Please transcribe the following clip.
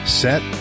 set